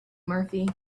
murphy